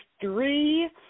three